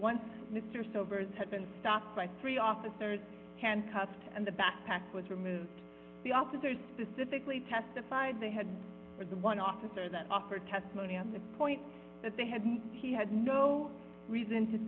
once mr silver's had been stopped by three officers handcuffed and the backpack was removed the officers specifically testified they had the one officer that offer testimony on the point that they had he had no reason to